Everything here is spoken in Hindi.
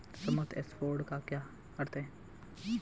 सम एश्योर्ड का क्या अर्थ है?